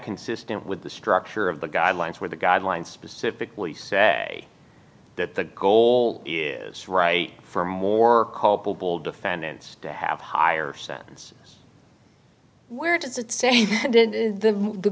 consistent with the structure of the guidelines where the guidelines specifically say that the goal is right for more culpable defendants to have higher sentence where does it say the